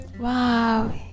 wow